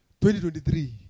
2023